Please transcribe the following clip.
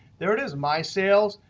there it is my sales,